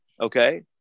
okay